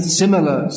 similar